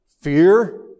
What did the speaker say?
fear